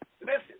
listen